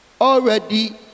already